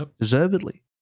deservedly